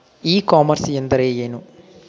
E commerce ಎಂದರೆ ಏನು?